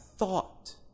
thought